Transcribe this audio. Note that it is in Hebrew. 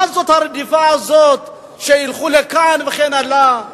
מה זאת הרדיפה הזאת שילכו לכאן וכן הלאה?